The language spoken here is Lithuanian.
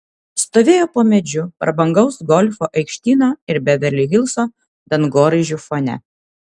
stovėjo po medžiu prabangaus golfo aikštyno ir beverli hilso dangoraižių fone